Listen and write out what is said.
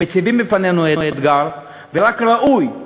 הם מציבים בפנינו אתגר, ורק ראוי,